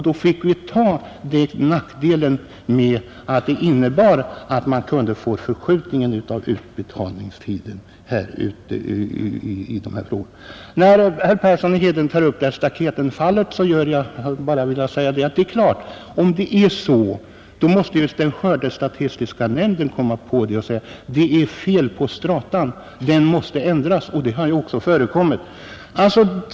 Då fick vi ta den här nackdelen med att det kunde bli en förskjutning av utbetalningen. Herr Persson i Heden tog upp det här staketfallet. Om det är så som herr Persson i Heden säger måste ju skördestatistiska nämnden ta upp detta och säga: Det är fel på strataindelningen — den måste ändras. Det har ju också förekommit.